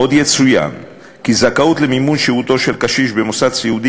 עוד יצוין כי זכאות למימוש שהותו של קשיש במוסד סיעודי